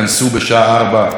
בשעה 16:00,